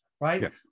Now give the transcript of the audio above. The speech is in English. right